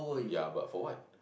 ya but for what